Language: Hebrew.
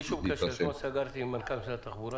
בלי קשר סגרתי אתמול עם מנכ"ל משרד התחבורה